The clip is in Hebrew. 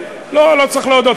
לא, לא צריך להודות.